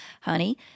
Honey